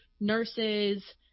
nurses